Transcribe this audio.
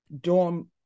dorm